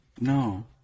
No